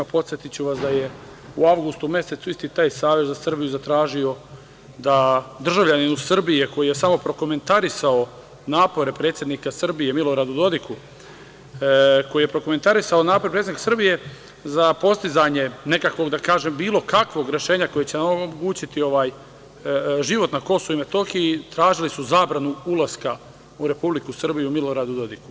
Podsetiću vas da je u avgustu mesecu isti taj Savez za Srbiju zatražio da državljanin u Srbiji, koji je samo prokomentarisao napore predsednika Srbije Miloradu Dodiku, koji je prokomentarisao napor predsednika Srbije za postizanje nekakvog, da kažem, bilo kakvog rešenja koje će omogućiti život na KiM, tražili su zabranu ulaska u Republiku Srbiju Miloradu Dodiku.